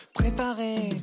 préparer